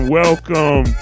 welcome